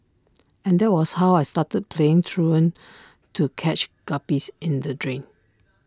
and that was how I started playing truant to catch guppies in the drain